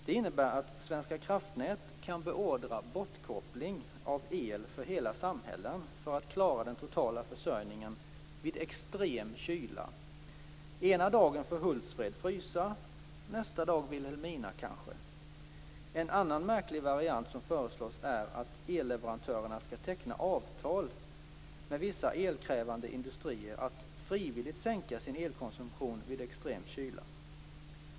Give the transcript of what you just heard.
Det innebär att Svenska kraftnät kan beordra bortkoppling av el för hela samhällen för att klara den totala försörjningen vid extrem kyla. Ena dagen får Hultsfred frysa, nästa dag Vilhelmina kanske. En annan märklig variant som föreslås är att elleverantörerna skall teckna avtal med vissa elkrävande industrier om att frivilligt sänka sin elkonsumtion vid extrem kyla.